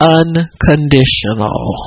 unconditional